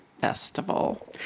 festival